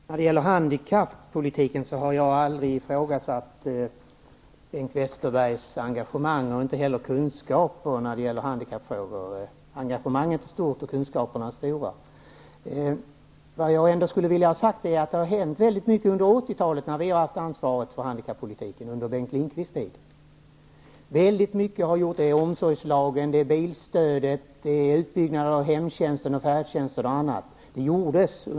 Fru talman! När det gäller handikappolitiken har jag aldrig ifrågasatt Bengt Westerbergs engagemang eller kunskaper i handikappfrågor. Engagemanget och kunskaperna är stora. Men det har ändå hänt väldigt mycket under 80-talet, då Socialdemokraterna hade ansvaret för handikappolitiken, under Bengt Lindqvists tid. Väldigt mycket har gjorts och förbättrats: omsorgslagen, bilstödet, utbyggnaden av hemtjänsten och färdtjänsten.